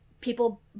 people